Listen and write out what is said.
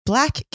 Black